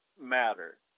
matter